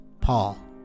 Paul